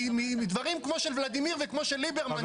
מדברים כמו של ולדימיר וכמו של ליברמן.